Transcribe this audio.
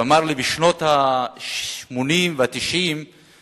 והוא אמר לי: בשנות ה-80 וה-90 אצלו